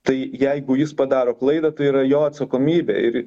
tai jeigu jis padaro klaidą tai yra jo atsakomybė ir